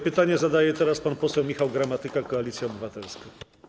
Pytanie zadaje teraz pan poseł Michał Gramatyka, Koalicja Obywatelska.